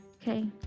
Okay